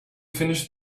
finish